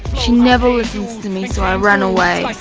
she never listens to me so i ran away.